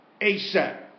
ASAP